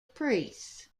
priests